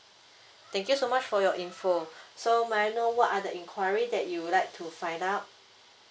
thank you so much for your info so may I know what are the enquiry that you would like to find out